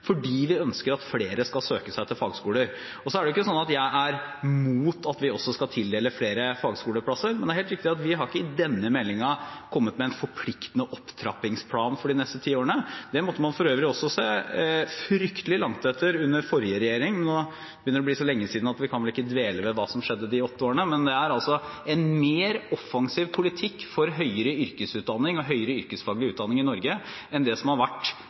fordi vi ønsker at flere skal søke seg til fagskoler. Jeg er ikke imot at vi også skal tildele flere fagskoleplasser, men det er helt riktig at vi i denne meldingen ikke har kommet med en forpliktende opptrappingsplan for de neste ti årene. Det måtte man for øvrig også se fryktelig langt etter under den forrige regjeringen. Nå begynner det å bli så lenge siden at vi kan vel ikke dvele ved hva som skjedde i løpet av de åtte årene. Men det er en mer offensiv politikk for høyere yrkesutdanning og høyere yrkesfaglig utdanning i Norge enn det som har vært,